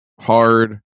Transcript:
hard